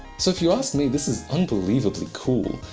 so if you ask me this is unbelievably cool.